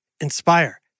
Inspire